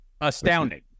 Astounding